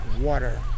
water